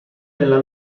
nella